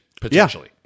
potentially